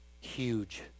Huge